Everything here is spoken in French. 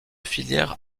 filière